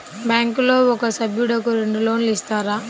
బ్యాంకులో ఒక సభ్యుడకు రెండు లోన్లు ఇస్తారా?